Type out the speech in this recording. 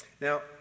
Now